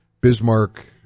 Bismarck